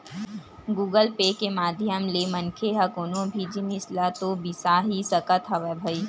Google Pay के माधियम ले मनखे ह कोनो भी जिनिस ल तो बिसा ही सकत हवय भई